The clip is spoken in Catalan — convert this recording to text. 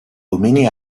domini